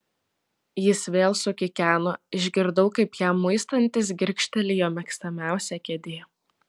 jis vėl sukikeno išgirdau kaip jam muistantis girgžteli jo mėgstamiausia kėdė